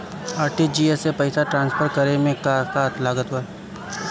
RTGS से पईसा transfer करे मे का का लागत बा?